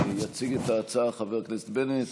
יציג את ההצעה חבר הכנסת בנט.